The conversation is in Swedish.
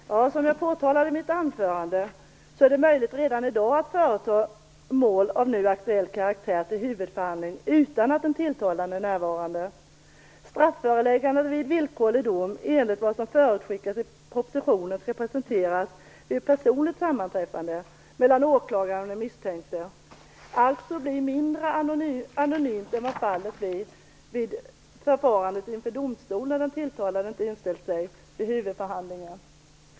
Fru talman! Som jag påpekade i mitt anförande är det redan i dag möjligt att företa mål av nu aktuell karaktär till huvudförhandling utan att den tilltalade är närvarande. Strafföreläggande vid villkorlig dom enligt vad som förutskickas i propositionen skall presenteras vid ett personligt sammanträffande mellan åklagaren och den misstänkte. Alltså blir det mindre anonymt än vad fallet blir vid förfarandet inför domstol när den tilltalade inte inställt sig vid huvudförhandlingen.